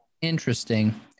Interesting